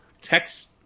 text